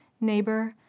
neighbor